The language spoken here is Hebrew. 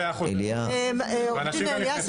עו"ד אליאס,